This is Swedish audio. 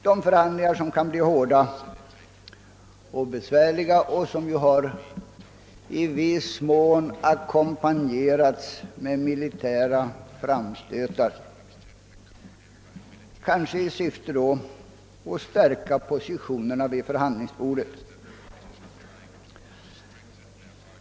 De förhamdlingarna kan bli hårda och besvärliga, och de har i viss mån ackompanjerats av militära framstötar, vilka kanske syftar till att stärka positionerna vid förhandlingsbordet.